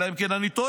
אלא אם כן אני טועה,